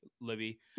libby